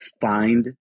find